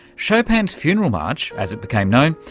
chopin's funeral march, as it became known,